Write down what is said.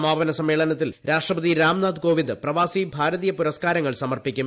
സമാപന സമ്മേളനത്തിൽ രാഷ്ട്രപ്പതി രാംനാഥ് കോവിന്ദ് പ്രവാസി ഭാരതീയ പുരസ്കാരങ്ങൾ സമർപ്പിക്കും